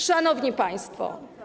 Szanowni Państwo!